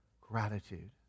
Gratitude